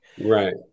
Right